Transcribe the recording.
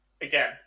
Again